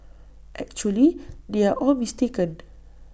actually they are all mistaken